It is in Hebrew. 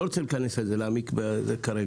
אני לא רוצה להיכנס לזה, להעמיק בזה כרגע.